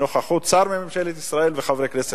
בנוכחות שר בממשלת ישראל וחברי כנסת מכובדים.